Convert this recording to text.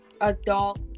adult